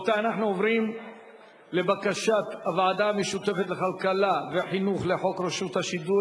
אנחנו עוברים לבקשת הוועדה המשותפת לכלכלה וחינוך לחוק רשות השידור,